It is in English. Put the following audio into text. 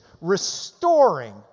restoring